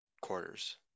quarters